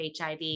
HIV